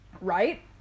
right